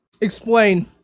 Explain